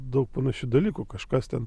daug panašių dalykų kažkas ten